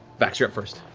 vax, you're up first.